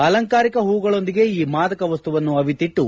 ಅಲಂಕಾರಿಕ ಹೂವುಗಳೊಂದಿಗೆ ಈ ಮಾದಕ ವಸ್ತುವನ್ನು ಅವಿತಿಟ್ಲು